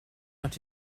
out